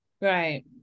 Right